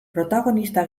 protagonista